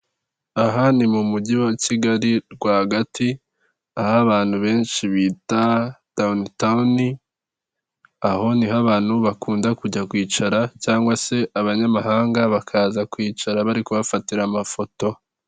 Aha ni mu mujyi wa kigali rwagati aho abantu benshi bita ''down town''. Aho niho abantu bakunda kujya kwicara cyangwa se Abanyamahanga bakaza kwicara bari kuhafatira amafoto.